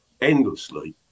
endlessly